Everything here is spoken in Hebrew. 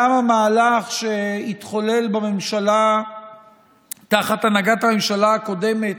גם המהלך שהתחולל בממשלה תחת הנהגת הממשלה הקודמת,